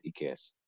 EKS